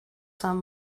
some